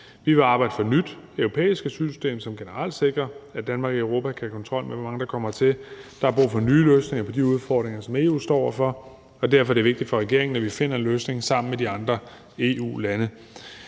Vi vil arbejde for et nyt europæisk asylsystem, som generelt sikrer, at Danmark og Europa kan have kontrol med, hvor mange der kommer hertil. Der er brug for nye løsninger på de udfordringer, som EU står over for, og derfor er det vigtigt for regeringen, at vi finder en løsning sammen med de andre EU-lande.